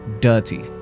dirty